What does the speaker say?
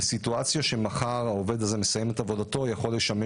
בסיטואציה שמחר העובד הזה מסיים את עבודתו זה יכול לשמש